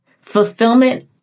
Fulfillment